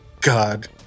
god